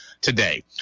today